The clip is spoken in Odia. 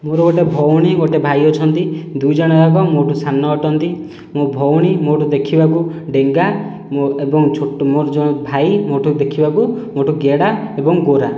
ମୋର ଗୋଟିଏ ଭଉଣୀ ଗୋଟିଏ ଭାଇ ଅଛନ୍ତି ଦୁଇ ଜଣ ଯାକ ମୋଠୁ ସାନ ଅଟନ୍ତି ମୋ ଭଉଣୀ ମୋଠୁ ଦେଖିବାକୁ ଡେଙ୍ଗା ଏବଂ ମୋର ଯେଉଁ ଭାଇ ମୋଠୁ ଦେଖିବାକୁ ମୋଠୁ ଗେଡ଼ା ଏବଂ ଗୋରା